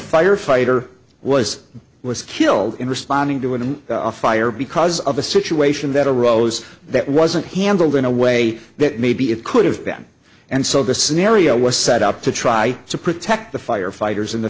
firefighter was was killed in responding to it in a fire because of a situation that arose that wasn't handled in a way that maybe it could have them and so the scenario was set up to try to protect the firefighters